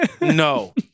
no